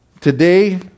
Today